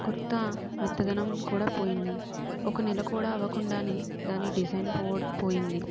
కుర్తా మెత్తదనం కూడా పోయింది ఒక నెల కూడా అవ్వకుండా దాని డిజైన్ పోవడ పోయింది